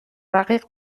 رقیق